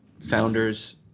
founders